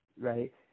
right